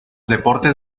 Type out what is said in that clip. deportes